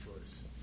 choice